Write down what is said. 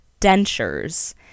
dentures